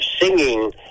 singing